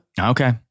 okay